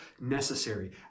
necessary